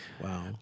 Wow